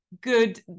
good